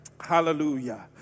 Hallelujah